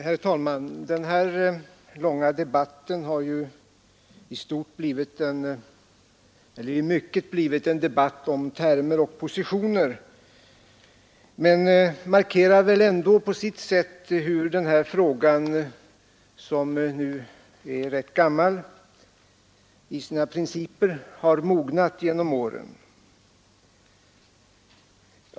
Herr talman! Den här långa debatten har i mycket blivit en debatt om termer och positioner, men den illustrerar ändå på sitt sätt hur denna fråga har mognat genom åren.